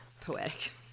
Poetic